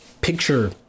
picture